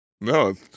No